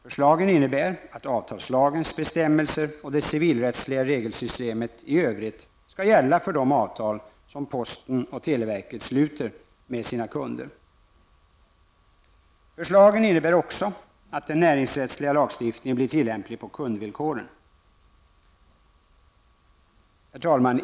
Förslagen innebär att avtalslagens bestämmelser och det civilrättsliga regelsystemet i övrigt skall gälla för de avtal som posten och televerket sluter med sina kunder. Förslagen innebär också att den näringsrättsliga lagstiftningen blir tillämplig på kundvillkoren. Herr talman!